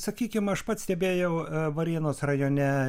sakykim aš pats stebėjau varėnos rajone